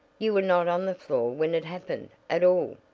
you were not on the floor when it happened, at all.